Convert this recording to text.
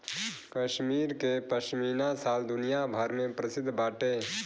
कश्मीर के पश्मीना शाल दुनिया भर में प्रसिद्ध बाटे